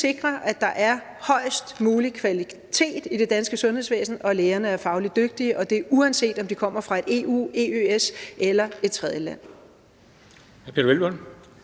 sikre, at der er højst mulig kvalitet i det danske sundhedsvæsen, og at lægerne er fagligt dygtige – og det, uanset om de kommer fra et EU-, EØS- eller tredjeland.